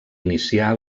inicià